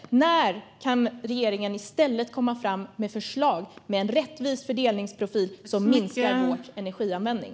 När kan regeringen i stället komma med förslag med en rättvis fördelningsprofil som minskar vår energianvändning?